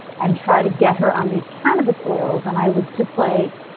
and try to get her on these cannabis oils. and i was just like,